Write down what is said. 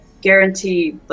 guarantee